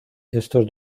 estos